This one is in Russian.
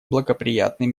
благоприятные